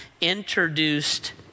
introduced